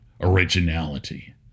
originality